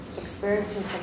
experiencing